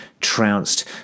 trounced